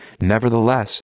Nevertheless